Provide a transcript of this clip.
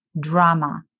drama